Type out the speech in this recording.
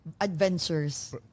adventures